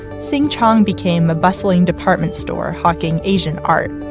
sing chong became a bustling department store, hawking asian art,